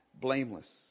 blameless